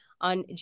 on